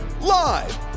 Live